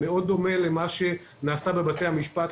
מאוד דומה למה שנעשה בבתי המשפט.